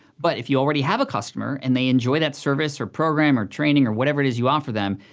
but, if you already have a customer, and they enjoy that service, or program, or training, or whatever it is you offer them,